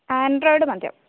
Android മതിയാവും